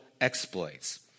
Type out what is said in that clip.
exploits